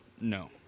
No